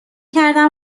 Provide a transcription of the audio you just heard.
کردم